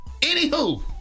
Anywho